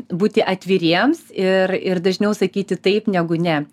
būti atviriems ir ir dažniau sakyti taip negu ne